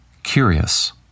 Curious